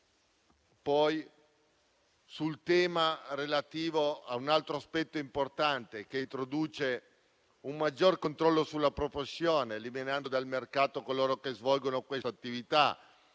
livello C1. Passando a un altro aspetto importante, che è quello di un maggior controllo sulla professione, eliminando dal mercato coloro che svolgono questa attività